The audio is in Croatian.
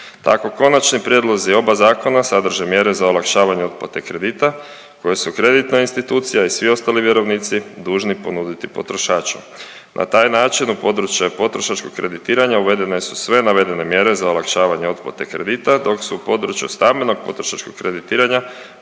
Tako konačni prijedlozi oba zakona sadrže mjere za olakšavanje otplate kredita koje su kreditna institucija i svi ostali vjerovnici dužni ponuditi potrošaču. Na taj način u područje potrošačkog kreditiranja uvedene su sve navedene mjere za olakšavanje otplate kredita dok su u području stambenog potrošačkog kreditiranja